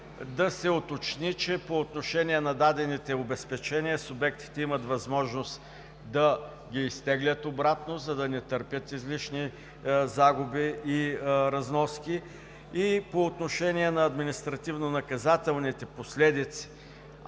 да се уточни, че по отношение на дадените обезпечения субектите имат възможност да ги изтеглят обратно, за да не търпят излишни загуби и разноски. По отношение на административнонаказателните последици,